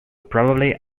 probably